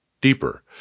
Deeper